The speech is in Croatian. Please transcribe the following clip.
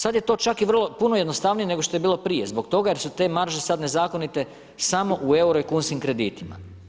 Sad je to čak i puno jednostavnije nego što je bilo prije zbog toga jer su te marže sad nezakonite samo u euro i kunskim kreditima.